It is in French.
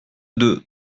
deux